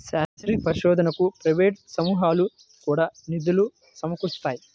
శాస్త్రీయ పరిశోధనకు ప్రైవేట్ సమూహాలు కూడా నిధులు సమకూరుస్తాయి